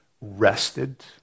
rested